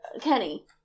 Kenny